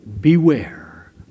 Beware